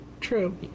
True